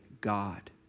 God